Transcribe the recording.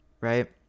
right